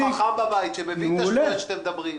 חכם בבית שמבין את השטויות שאתם מדברים.